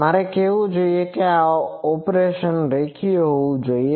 મારે કહેવું જોઈએ કે આ ઓપરેશન રેખીય હોવું જોઈએ